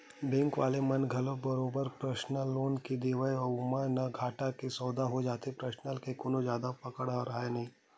bank वाले मन ल घलो बरोबर परसनल लोन के देवब म ओमन ल घाटा के सौदा हो जाथे परसनल के कोनो जादा पकड़ राहय नइ